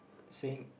say